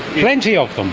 plenty of them.